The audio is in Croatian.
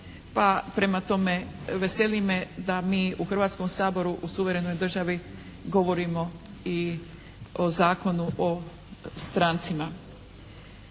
prema tome veseli me da mi u Hrvatskom saboru u suverenoj državi govorimo i o Zakonu o strancima.